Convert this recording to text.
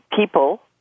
people